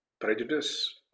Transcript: prejudice